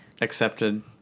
Accepted